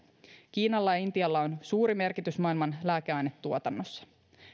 kiinalla ja intialla on suuri merkitys maailman lääkeainetuotannossa